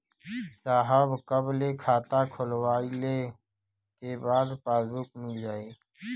साहब कब ले खाता खोलवाइले के बाद पासबुक मिल जाई?